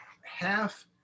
half